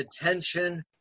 attention